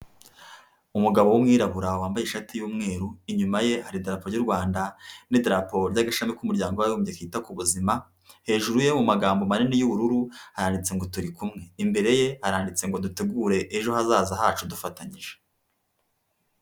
Umugabo w'umwirabura wambaye ishati y'umweru, inyuma ye hari idarapo y'u Rwanda n'idarapo ry'agashami k'Umuryango w'Abibumbye ryita ku buzima. Hejuru ye mu magambo manini y'ubururu haditse ngo: "Turi kumwe". Imbere ye haranditse ngo dutegure ejo hazaza hacu dufatanyije.